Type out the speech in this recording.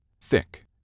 Thick